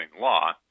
law